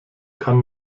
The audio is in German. kann